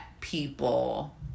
people